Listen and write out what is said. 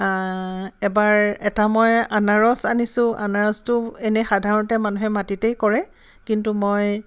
এবাৰ এটা মই আনাৰস আনিছোঁ আনাৰসটো এনেই সাধাৰণতে মানুহে মাটিতেই কৰে কিন্তু মই